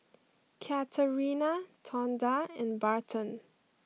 Katarina Tonda and Barton